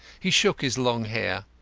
he shook his long hair.